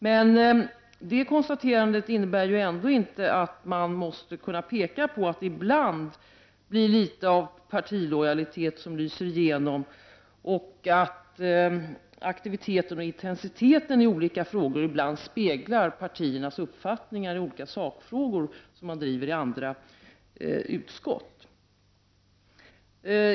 Men det konstaterandet innebär ändå inte att man inte kan peka på att partilojalitet ibland lyser igenom eller att aktiviteten och intensiteten ibland speglar partiernas uppfattningar i olika sakfrågor som drivs i andra utskott.